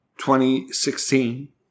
2016